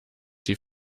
die